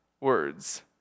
words